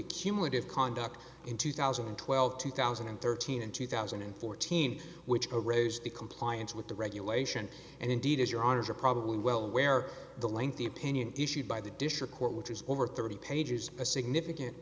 the cumulative conduct in two thousand and twelve two thousand and thirteen and two thousand and fourteen which arose the compliance with the regulation and indeed as your honour's are probably well aware the lengthy opinion issued by the district court which is over thirty pages a significant